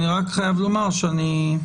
טוב,